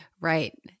Right